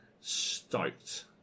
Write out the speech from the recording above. Stoked